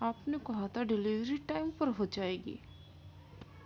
آپ نے کہا تھا ڈیلیوری ٹائم پر ہو جائے گی